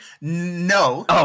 No